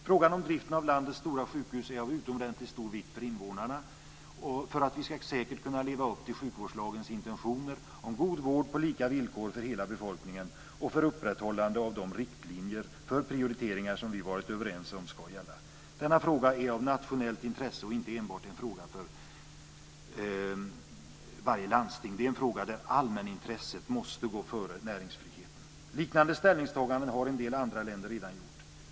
Frågan om driften av landets stora sjukhus är av utomordentligt stor vikt för invånarna, för att vi säkert ska kunna leva upp till sjukvårdslagens intentioner om god vård på lika villkor för hela befolkningen och för upprätthållande av de riktlinjer för prioriteringar som vi har varit överens om ska gälla. Denna fråga är av nationellt intresse och inte enbart en fråga för varje landsting. Det är en fråga där allmänintresset måste gå före näringsfriheten. Liknande ställningstaganden har en del andra länder redan gjort.